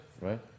right